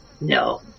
No